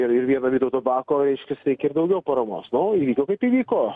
ir ir vieno vytauto bako reiškias reikia ir daugiau paramos nu įvyko kaip įvyko